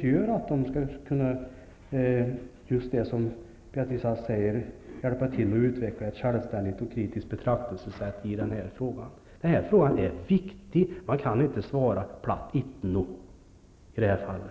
gör att de kan, precis som Beatrice Ask säger, hjälpa till och utveckla ett självständigt och kritiskt betraktelsesätt i den här frågan. Den här frågan är viktig. Man kan inte svara platt intet i det här fallet.